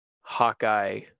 Hawkeye